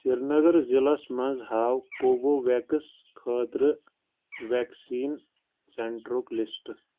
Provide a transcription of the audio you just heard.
سریٖنگر ضلعس منٛز ہاو کوووویٚکٕس خٲطرٕ ویکسیٖن سینٹرُک لسٹہٕ